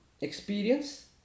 experience